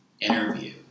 interview